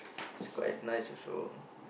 it's quite nice also